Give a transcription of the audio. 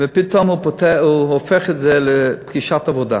ופתאום הוא הופך את זה לפגישת עבודה.